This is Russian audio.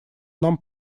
нам